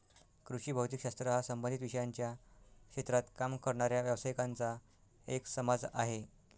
कृषी भौतिक शास्त्र हा संबंधित विषयांच्या क्षेत्रात काम करणाऱ्या व्यावसायिकांचा एक समाज आहे